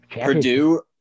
Purdue